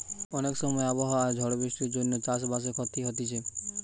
অনেক সময় আবহাওয়া আর ঝড় বৃষ্টির জন্যে চাষ বাসে ক্ষতি হতিছে